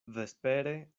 vespere